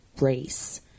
race